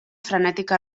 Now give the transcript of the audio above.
frenètica